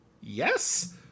Yes